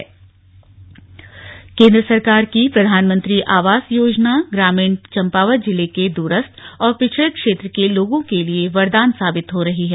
प्रधानमंत्री आवास योजना केंद्र सरकार की प्रधानमंत्री आवास योजना ग्रामीण चंपावत जिले के दूरस्थ और पिछड़े क्षेत्र के लोगों के लिए वरदान साबित हो रही है